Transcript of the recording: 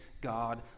God